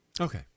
Okay